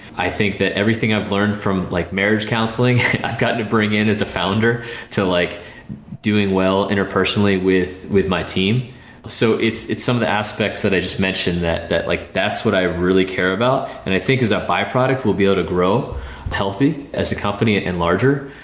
i think that everything i've learned from like marriage counseling, i've gotten to bring in as a founder to like doing well interpersonally with with my team so it's it's some of the aspects that i just mentioned that that like that's what i really care about, and i think as a byproduct we'll be able to grow healthy as a company and larger,